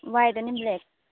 वायट आनी ब्लॅक